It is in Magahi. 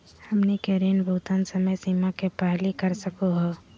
हमनी के ऋण भुगतान समय सीमा के पहलही कर सकू हो?